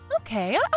Okay